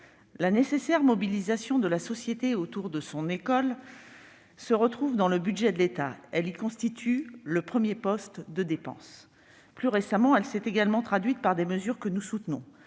La nécessaire mobilisation de la société autour de son école se manifeste dans le budget de l'État, dont elle constitue le premier poste de dépenses. Plus récemment, elle s'est également traduite par des mesures que nous soutenons